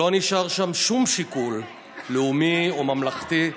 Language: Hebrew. שלא נשאר שום שיקול לאומי או ממלכתי,